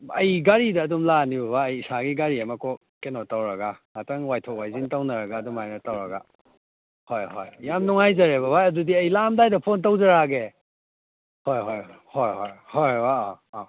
ꯑꯩ ꯒꯥꯔꯤꯗ ꯑꯗꯨꯝ ꯂꯥꯛꯑꯅꯤ ꯕꯕꯥ ꯑꯩ ꯏꯁꯥꯒꯤ ꯒꯥꯔꯤ ꯑꯃ ꯀꯣꯛ ꯀꯩꯅꯣ ꯇꯧꯔꯒ ꯉꯥꯛꯇꯪ ꯋꯥꯏꯊꯣꯛ ꯋꯥꯏꯁꯤꯟ ꯇꯧꯅꯔꯒ ꯑꯗꯨꯃꯥꯏꯅ ꯇꯧꯔꯒ ꯍꯣꯏ ꯍꯣꯏ ꯌꯥꯝ ꯅꯨꯡꯉꯥꯏꯖꯔꯦ ꯕꯕꯥ ꯑꯗꯨꯗꯤ ꯑꯩ ꯂꯥꯛꯑꯝꯗꯥꯏꯗ ꯐꯣꯟ ꯇꯧꯖꯔꯛꯑꯒꯦ ꯍꯣꯏ ꯍꯣꯏ ꯍꯣꯏ ꯍꯣꯏ ꯍꯣꯏ ꯕꯕꯥ ꯑꯥ